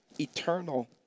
eternal